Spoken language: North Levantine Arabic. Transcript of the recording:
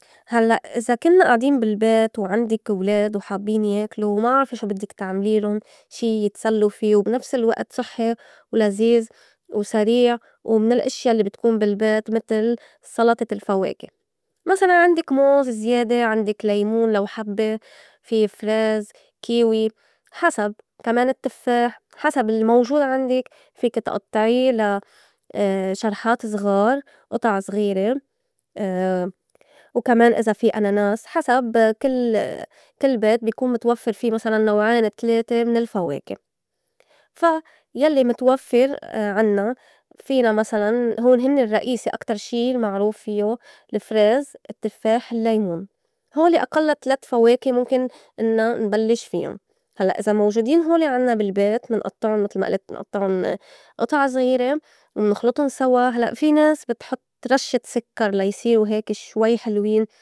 هلّأ إذا كنّا آعدين بالبيت وعندك ولاد وحابّين ياكلو وما عارفة شو بدّك تعمليلُن شي يتسلّو في وبنفس الوئت صُحي ولزيز وسريع ومن الإشيا الّي بتكون بالبيت متل سلطة الفواكة مسلاً عندك موز زيادة، عندك ليمون لو حبّة، في فريز، كيوي حسب، كمان التفّاح حسب الموجود عندك فيكي تئطعي لا شرحات زغار أُطع زغيرة، وكمان إذا في أناناس حسب كل- كل بيت بيكون متوفّر في مسلاً نوعين تلاتة من الفواكة فا يلّي متوفّر عنّا فينا مسلاً هول هنّي الرّئيسي أكتر شي المعروف فيو الفريز، التفّاح، اللّيمون، هولي أقل تلات فواكة مُمكن إنّا نبلّش فيُن هلّأ إذا موجودين هولي عنّا بالبيت منئطّعُن متل ما ألت منئطّعُن أطع زغيرة منخلُطُن سوا هلّأ في ناس بتحط رشّة سكّر لا يصيرو هيك شوي حلوين.